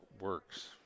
works